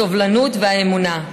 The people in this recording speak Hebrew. הסובלנות והאמונה.